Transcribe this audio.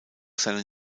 seinen